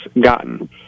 gotten